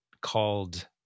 called